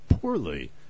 poorly